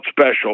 special